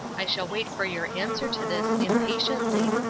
i shall wait for your answer to this impatiently,